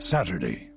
Saturday